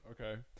Okay